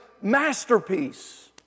masterpiece